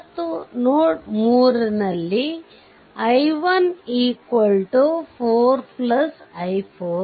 ಮತ್ತು ನೋಡ್3 ನಲ್ಲಿ i1 4 i4